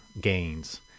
gains